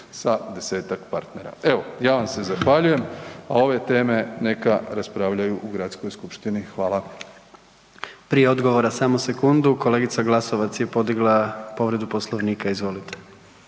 sa 10-tak partnera. Evo, ja vam se zahvaljujem, a ove teme neka raspravljaju u gradskoj skupštini. Hvala. **Jandroković, Gordan (HDZ)** Prije odgovora samo sekundu, kolegica Glasovac je podigla povredu Poslovnika. Izvolite.